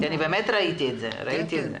אני באמת ראיתי את זה.